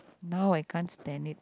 now I can't stand it